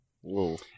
Whoa